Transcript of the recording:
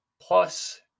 plus